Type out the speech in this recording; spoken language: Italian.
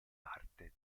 parte